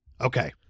Okay